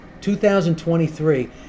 2023